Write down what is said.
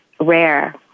rare